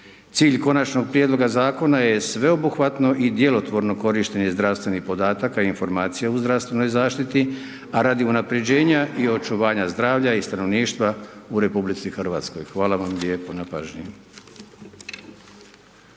Cilj konačnog prijedloga zakona je sveobuhvatno i djelotvorno korištenje zdravstvenih podataka i informacija u zdravstvenoj zaštiti a radi unaprjeđenja i očuvanja zdravlja i stanovništva u RH. Hvala vam lijepo na pažnji.